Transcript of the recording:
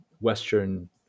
Western